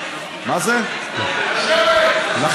מה זה קשור, דודי?